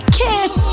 kiss